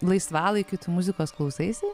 laisvalaikiu tu muzikos klausaisi